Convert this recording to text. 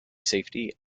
safety